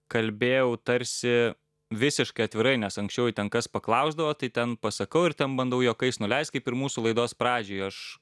kalbėjau tarsi visiškai atvirai nes anksčiau jei ten kas paklausdavo tai ten pasakau ir tam bandau juokais nuleist kaip ir mūsų laidos pradžioj aš